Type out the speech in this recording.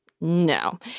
No